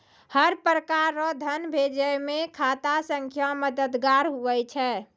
हर प्रकार रो धन भेजै मे खाता संख्या मददगार हुवै छै